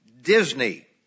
Disney